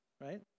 right